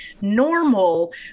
normal